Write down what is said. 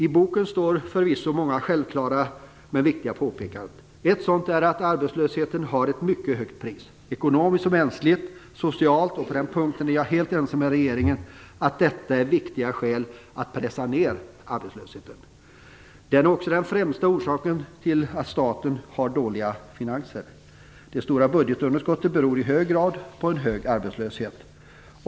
I boken finns förvisso många självklara men viktiga påpekanden. Ett sådant är att arbetslösheten har ett mycket högt pris, ekonomiskt och mänskligt-socialt. Jag är helt ense med regeringen om att detta är viktiga skäl att pressa ned arbetslösheten. Arbetslösheten är också den främsta orsaken till att staten har dåliga finanser. Det stora budgetunderskottet beror i hög grad på en hög arbetslöshet.